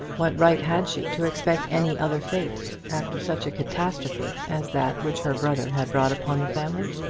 what right had she to expect any other fate after such a catastrophe as that which her brother had brought upon the family?